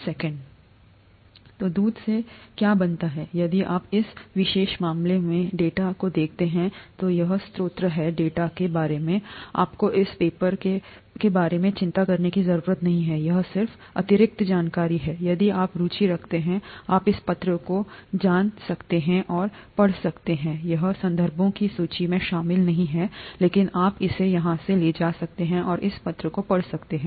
तो दूध से क्या बनता है यदि आप इस विशेष मामले में डेटा को देखते हैं तो यह स्रोत है डेटा के बारे में आपको इस पेपर के बारे में चिंता करने की ज़रूरत नहीं है यह सिर्फ अतिरिक्त जानकारी है यदि आप रुचि रखते हैं आप इस पत्र को जान सकते हैं और पढ़ सकते हैं यह संदर्भों की सूची में शामिल नहीं है लेकिन आप इसे यहाँ से ले जा सकते हैं और इस पत्र को पढ़ सकते हैं